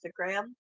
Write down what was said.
Instagram